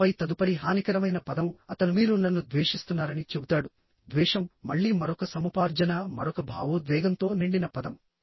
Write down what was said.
ఆపై తదుపరి హానికరమైన పదం అతను మీరు నన్ను ద్వేషిస్తున్నారని చెబుతాడు ద్వేషం మళ్ళీ మరొక సముపార్జన మరొక భావోద్వేగంతో నిండిన పదం